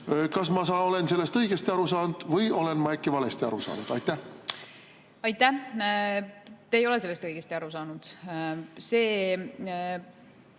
Kas ma olen sellest õigesti aru saanud või olen ma äkki valesti aru saanud? Aitäh! Te ei ole sellest õigesti aru saanud.